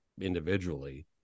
individually